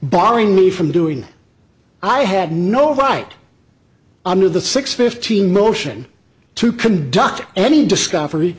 barring me from doing i had no right under the six fifteen motion to conduct any discovery